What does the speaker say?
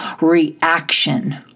reaction